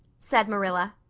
said marilla,